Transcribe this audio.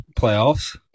playoffs